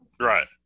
Right